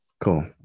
cool